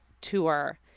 tour